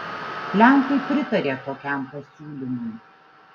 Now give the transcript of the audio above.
lenkai pritarė tokiam pasiūlymui